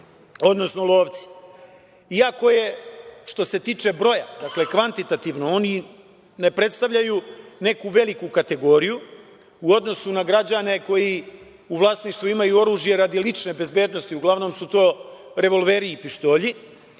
odnosno lovci. Iako je, što se tiče broja, dakle, kvantitativno oni ne predstavljaju neku veliku kategoriju u odnosu na građane koji u vlasništvu imaju oružje radi lične bezbednosti, uglavnom su to revolveri i pištolji,